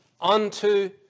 unto